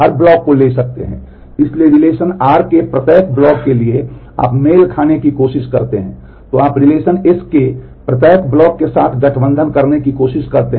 एक block nesting रणनीति द्वारा जो रिलेशन के हर ब्लॉक को ले सकते हैं